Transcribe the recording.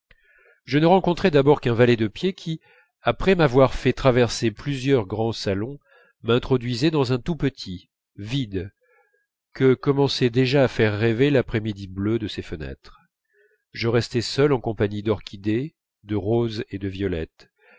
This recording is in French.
je ne rencontrais d'abord qu'un valet de pied qui après m'avoir fait traverser plusieurs grands salons m'introduisait dans un tout petit vide que commençait déjà à faire rêver l'après-midi bleu de ses fenêtres je restais seul en compagnie d'orchidées de roses et de violettes